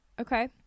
Okay